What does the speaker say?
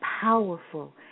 powerful